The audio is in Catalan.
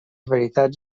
varietats